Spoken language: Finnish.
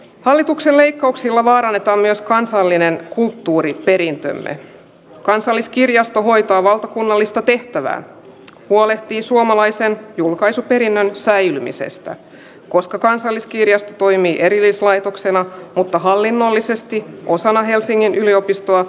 hallituksen leikkauksilla vaaranneta jos kansallinen kulttuuriperintömme kansalliskirjasto hoitaa valtakunnallista tehtävää huolehtii suomalaisen julkaisu perinnön säilymisestä koska kansalliskirjasto toimii erillislaitoksena mutta hallinnollisesti osana helsingin yliopistoa